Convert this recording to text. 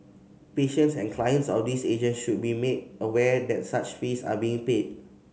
patients and clients of these agent should be made aware that such fees are being paid